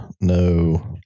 no